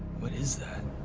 what is that?